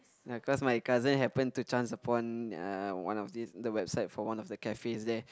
ya cause my cousin happen to chance upon uh one of these the website for one of the cafes there